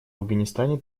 афганистане